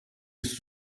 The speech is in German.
ist